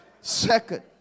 Second